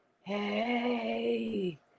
hey